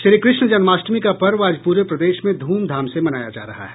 श्रीकृष्ण जन्माष्टमी का पर्व आज पूरे प्रदेश में धूमधाम से मनाया जा रहा है